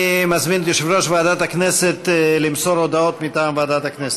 אני מזמין את יושב-ראש ועדת הכנסת למסור הודעות מטעם ועדת הכנסת.